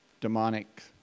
demonic